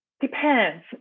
Depends